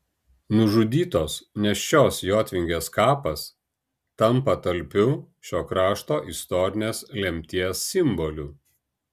nužudytos nėščios jotvingės kapas tampa talpiu šio krašto istorinės lemties simboliu